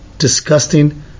Disgusting